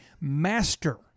master